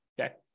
Okay